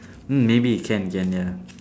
mm maybe can can ya